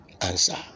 answer